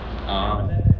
orh